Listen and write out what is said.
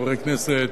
חברי כנסת,